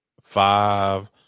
five